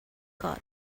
got